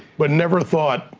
but never thought,